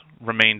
remained